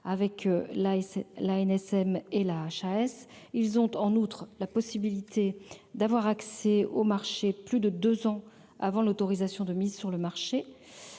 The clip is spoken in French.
avec l'ANSM et la HAS, ils ont en outre la possibilité d'avoir accès au marché, plus de 2 ans avant l'autorisation de mise sur le marché,